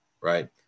right